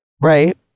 Right